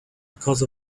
because